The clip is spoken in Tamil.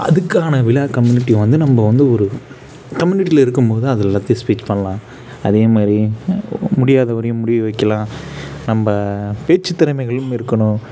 அதுக்கான விழா கம்யூனிட்டி வந்து நம்ம வந்து ஒரு கம்யூனிட்டியில இருக்கும்போது அது எல்லாத்தையும் ஸ்பீச் பண்ணலாம் அதேமாதிரியே முடியாதவரையும் முடிய வைக்கலாம் நம்ம பேச்சுத் திறமைகளும் இருக்கணும்